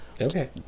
Okay